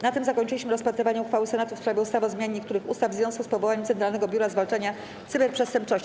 Na tym zakończyliśmy rozpatrywanie uchwały Senatu w sprawie ustawy o zmianie niektórych ustaw w związku z powołaniem Centralnego Biura Zwalczania Cyberprzestępczości.